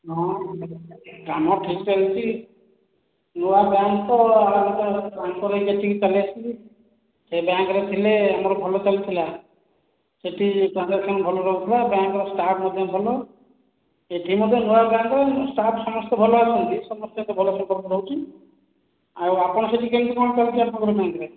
ହଁ କାମ ଠିକ୍ ଚାଲିଛି ନୂଆ ବ୍ୟାଙ୍କ୍ ତ ଟ୍ରାନ୍ସଫର ହୋଇକି ଏଠିକି ଚାଲି ଆସିଲି ସେ ବ୍ୟାଙ୍କ୍ ରେ ଥିଲେ ଆମର ଭଲ ଚାଲୁଥିଲା ସେଇଠି ଟ୍ରାନ୍ଜାକ୍ସନ୍ ଭଲ ରହୁଥିଲା ବ୍ୟାଙ୍କ୍ ର ଷ୍ଟାଫ୍ ମଧ୍ୟ ଭଲ ଏଠି ମଧ୍ୟ ଭଲ ବ୍ୟାଙ୍କ୍ ଷ୍ଟାଫ୍ ସମସ୍ତେ ଭଲ ଅଛନ୍ତି ସମସ୍ତଙ୍କର ଭଲ ସମ୍ପର୍କ ରହୁଛି ଆଉ ଆପଣ ସେଇଠି କେମିତି କଣ ଚାଲିଛି କୁହନ୍ତୁ